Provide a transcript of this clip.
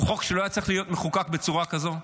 הוא חוק שלא היה צריך להיות מחוקק בצורה כזאת.